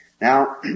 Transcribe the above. Now